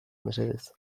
mesedez